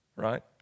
right